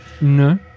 No